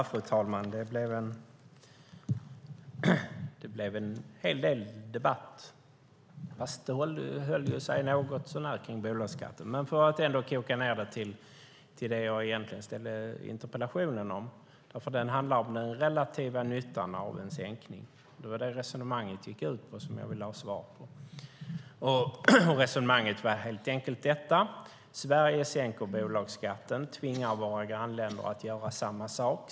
Fru talman! Det blev en hel del debatt, och Borg höll sig något så när till bolagsskatten. Men jag ska ändå koka ned det till det som jag egentligen ställde interpellationen om. Den handlar nämligen om den relativa nyttan av en sänkning av bolagsskatten. Det var det som resonemanget gick ut på och som jag ville ha svar på. Resonemanget var helt enkelt följande: Sverige sänker bolagsskatten och tvingar grannländerna att göra samma sak.